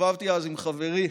הסתובבתי אז עם חברי,